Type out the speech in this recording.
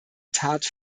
tat